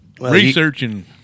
researching